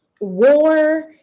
war